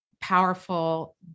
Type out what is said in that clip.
powerful